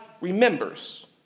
remembers